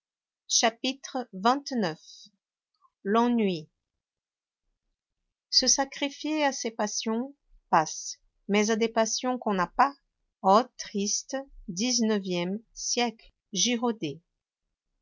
chapitre xxix l'ennui se sacrifier à ses passions passe mais à des passions qu'on n'a pas o triste dix-neuvième siècle girodet